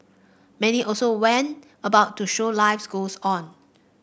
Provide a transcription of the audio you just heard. many also went about to show life goes on